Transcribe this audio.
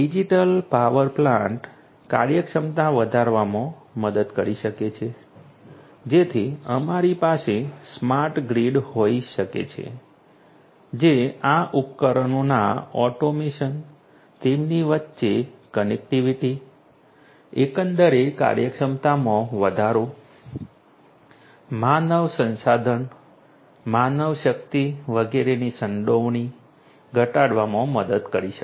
digital power plant કાર્યક્ષમતા વધારવામાં મદદ કરી શકે છે જેથી અમારી પાસે સ્માર્ટ ગ્રીડ હોઈ શકે જે આ ઉપકરણોના ઓટોમેશન તેમની વચ્ચે કનેક્ટિવિટી એકંદરે કાર્યક્ષમતામાં વધારો માનવ સંસાધન માનવશક્તિ વગેરેની સંડોવણી ઘટાડવામાં મદદ કરી શકે